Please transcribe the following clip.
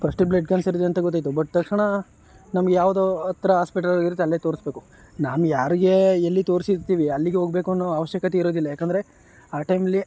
first blood ಕ್ಯಾನ್ಸರಿದೆ ಅಂತ ಗೊತ್ತಾಯಿತು ಬಟ್ ತಕ್ಷಣ ನಮ್ಗೆ ಯಾವುದು ಹತ್ರ ಆಸ್ಪಿಟಲ್ ಇರುತ್ತೆ ಅಲ್ಲೇ ತೋರಿಸಬೇಕು ನಾವು ಯಾರಿಗೆ ಎಲ್ಲಿ ತೋರಿಸಿರ್ತೀವಿ ಅಲ್ಲಿಗೆ ಹೋಗಬೇಕು ಅನ್ನೋ ಅವಶ್ಯಕತೆ ಇರುವುದಿಲ್ಲ ಯಾಕೆಂದರೆ ಆ ಟೈಮ್ನಲ್ಲಿ